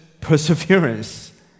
perseverance